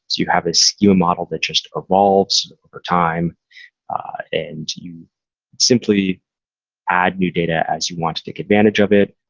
you have a schema model that just evolves over time and you simply add new data as you want to take advantage of it.